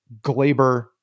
Glaber